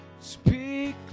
Speak